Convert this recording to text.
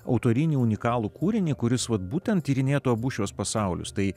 autorinį unikalų kūrinį kuris vat būtent tyrinėtų abu šiuos pasaulius tai